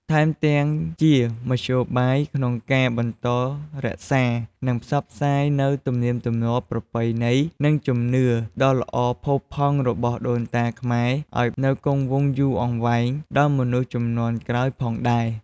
ថែមទាំងជាមធ្យោបាយក្នុងការបន្តរក្សា និងផ្សព្វផ្សាយនូវទំនៀមទម្លាប់ ប្រពៃណី និងជំនឿដ៏ល្អផូរផង់របស់ដូនតាខ្មែរឲ្យនៅគង់វង្សយូរអង្វែងដល់មនុស្សជំនាន់ក្រោយផងដែរ។